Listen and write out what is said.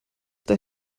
der